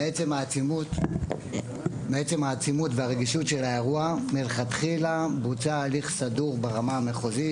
מעצם העצימות והרגישות של האירוע מלכתחילה בוצע הליך סדור ברמה המחוזית